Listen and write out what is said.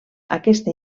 aquesta